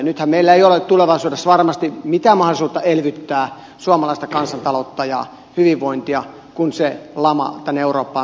nythän meillä ei ole tulevaisuudessa varmasti mitään mahdollisuutta elvyttää suomalaista kansantaloutta ja hyvinvointia kun se lama tänne eurooppaan saapuu